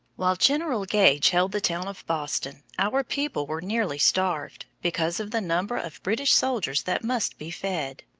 while general gage held the town of boston, our people were nearly starved, because of the number of british soldiers that must be fed.